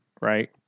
right